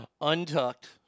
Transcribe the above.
untucked